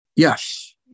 Yes